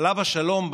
עליו השלום,